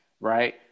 right